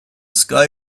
sky